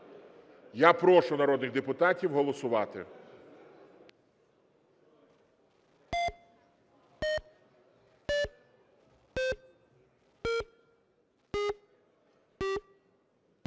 Я прошу народних депутатів голосувати.